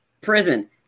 prison